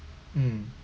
mm